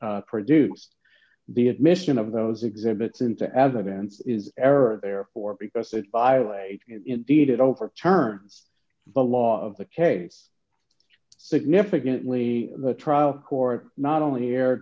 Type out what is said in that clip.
be produced the admission of those exhibits into as evidence is error therefore because they file a deed it overturns the law of the case significantly the trial court not only erred